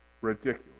ridiculous